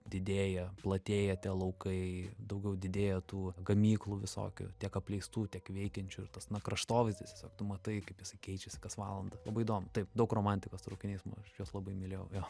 didėja platėja tie laukai daugiau didėja tų gamyklų visokių tiek apleistų tiek veikiančių ir tas kraštovaizdis tiesiog tu matai kaip jisai keičiasi kas valandą labai įdomu taip daug romantikos traukiniais aš juos labai mylėjau jo